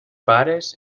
pares